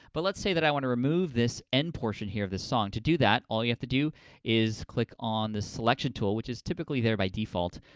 but let's say that i want to remove this end portion, here, of this song. to do that, all you have to do is click on this selection tool which is typically there by default,